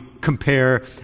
compare